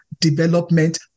development